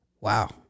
Wow